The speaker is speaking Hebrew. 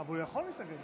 בבקשה, אדוני, עד עשר דקות